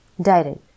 Direct